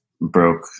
broke